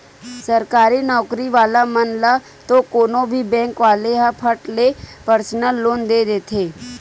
सरकारी नउकरी वाला मन ल तो कोनो भी बेंक वाले ह फट ले परसनल लोन दे देथे